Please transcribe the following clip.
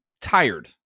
tired